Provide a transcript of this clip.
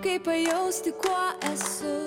kaip pajausti kuo esu